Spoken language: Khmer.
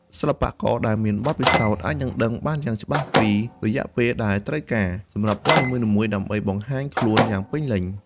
សិល្បករដែលមានបទពិសោធន៍អាចដឹងបានយ៉ាងច្បាស់ពីរយៈពេលដែលត្រូវការសម្រាប់ពណ៌នីមួយៗដើម្បីបង្ហាញខ្លួនយ៉ាងពេញលេញ។